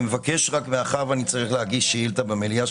מאחר שאני צריך להגיש שאילתא במליאה,